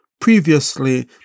previously